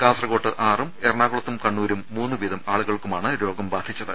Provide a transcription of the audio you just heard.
കാസർകോട്ട് ആറും എറണാകുളത്തും കണ്ണൂരും മൂന്നുവീതം ആളുകൾക്കുമാണ് രോഗം ബാധിച്ചത്